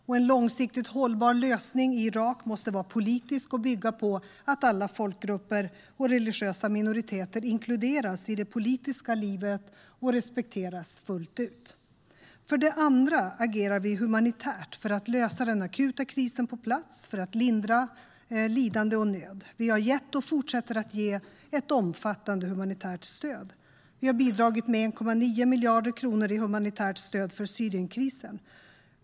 Och en långsiktig hållbar lösning i Irak måste vara politisk och bygga på att alla folkgrupper och religiösa minoriteter inkluderas i det politiska livet och respekteras fullt ut. För det andra agerar vi humanitärt för att lösa den akuta krisen på plats, för att lindra lidande och nöd. Vi har gett och fortsätter att ge ett omfattande humanitärt stöd. Vi har bidragit med 1,9 miljarder kronor i humanitärt stöd för Syrienkrisen.